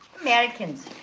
Americans